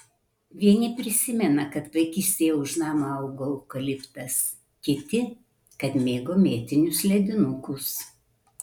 vieni prisimena kad vaikystėje už namo augo eukaliptas kiti kad mėgo mėtinius ledinukus